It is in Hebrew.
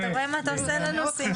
אתה רואה מה אתה עושה לנו סימון.